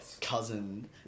cousin